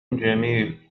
جميل